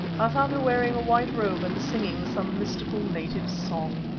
i found her wearing a white robe and singing some mystical native song.